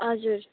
हजुर